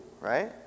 right